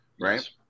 right